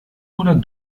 oder